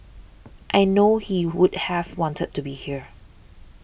I know he would have wanted to be here